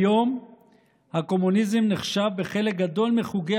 כיום הקומוניזם נחשב בחלק גדול מחוגי